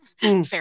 Fair